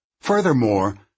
Furthermore